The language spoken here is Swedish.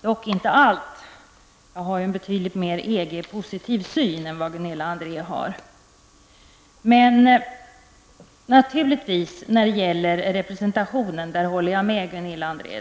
dock inte allt. Jag har en betydligt mer EG-positiv syn än vad Gunilla André har. När det gäller representationen håller jag naturligtvis med Gunilla André.